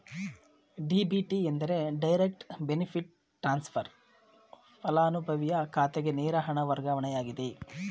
DBT ಎಂದರೆ direct benefit transfer, ಪಲಾನುಭವಿಯ ಖಾತೆಗೆ ನೇರ ಹಣ ವರ್ಗಾವಣೆಯಾಗಿದೆ